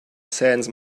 sense